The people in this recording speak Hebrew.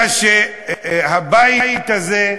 שבבית הזה,